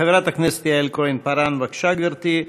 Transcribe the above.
חברת הכנסת יעל כהן-פארן, בבקשה, גברתי.